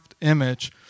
image